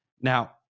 Now